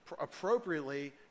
appropriately